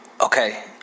okay